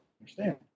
understand